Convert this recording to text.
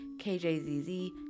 KJZZ